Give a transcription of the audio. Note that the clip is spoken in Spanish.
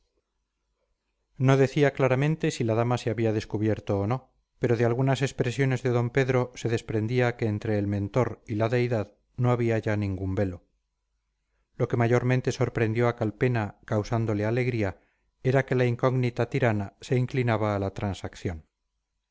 no decía claramente si la dama se había descubierto o no pero de algunas expresiones de d pedro se desprendía que entre el mentor y la deidad no había ya ningún velo lo que mayormente sorprendió a calpena causándole alegría era que la incógnita tirana se inclinaba a la transacción